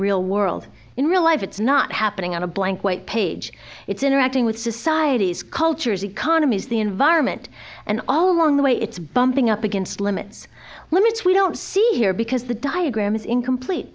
real world in real life it's not happening on a blank white page it's interacting with societies cultures economies the environment and all along the way it's bumping up against limits limits we don't see here because the diagram is incomplete